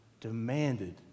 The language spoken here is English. demanded